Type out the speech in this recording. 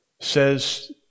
says